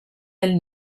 del